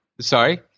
Sorry